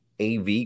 AV